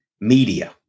media